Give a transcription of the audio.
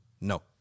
No